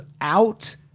out